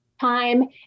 time